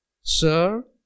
Sir